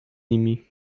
nimi